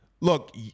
Look